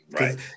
Right